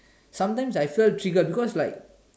sometimes I so triggered because like